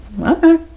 Okay